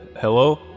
hello